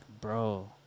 Bro